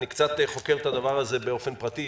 אני קצת חוקר את הדבר הזה באופן פרטי,